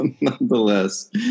nonetheless